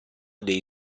dei